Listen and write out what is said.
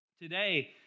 Today